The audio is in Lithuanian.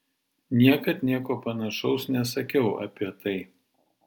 niekad nieko panašaus nesakiau apie tai